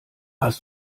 hast